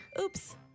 Oops